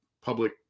public